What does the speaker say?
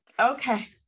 Okay